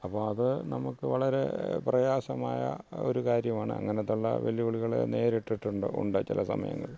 അപ്പോൾ അത് നമുക്ക് വളരെ പ്രയാസമായ ഒരു കാര്യമാണ് അങ്ങനെത്തെ ഉള്ള വെല്ലുവിളികളെ നേരിട്ടിട്ടുണ്ട് ഉണ്ട് ചില സമയങ്ങളിൽ